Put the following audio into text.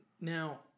Now